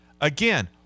Again